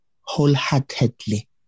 wholeheartedly